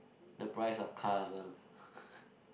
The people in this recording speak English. the price of cars ah